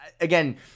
again